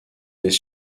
des